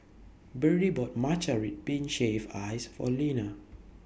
Berdie bought Matcha Red Bean Shaved Ice For Lina